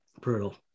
Brutal